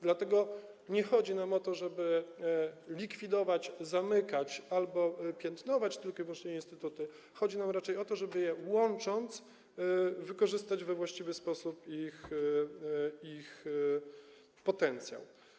Dlatego nie chodzi nam o to, żeby likwidować, zamykać albo piętnować tylko i wyłącznie instytuty, chodzi nam raczej o to, żeby łączyć je i wykorzystać we właściwy sposób ich potencjał.